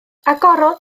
agorodd